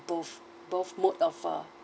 both both mode of uh